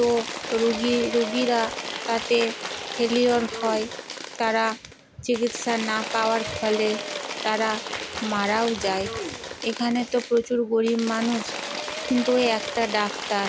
তো রুগী রুগীরা তাতে ফেলিওর হয় তারা চিকিৎসা না পাওয়ার ফলে তারা মারাও যায় এখানে তো প্রচুর গরিব মানুষ কিন্তু ওই একটা ডাক্তার